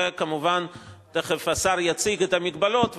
וכמובן תיכף השר יציג את המגבלות.